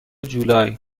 جولای